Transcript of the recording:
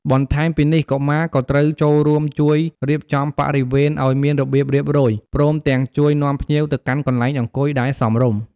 បន្ថែមពីនេះ កុមារក៏ត្រូវចូលរួមជួយរៀបចំបរិវេណឲ្យមានរបៀបរៀបរយ ព្រមទាំងជួយនាំភ្ញៀវទៅកាន់កន្លែងអង្គុយដែលសមរម្យ។